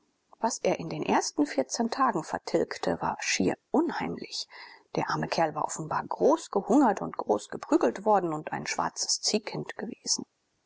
was er in den ersten vierzehn tagen vertilgte war schier unheimlich der arme kerl war offenbar großgehungert und großgeprügelt worden und ein schwarzes ziehkind gewesen